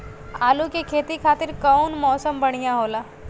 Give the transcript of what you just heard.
आलू के खेती खातिर कउन मौसम बढ़ियां होला?